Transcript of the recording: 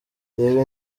reba